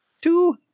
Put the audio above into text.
Two